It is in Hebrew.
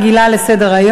גברתי היושבת-ראש,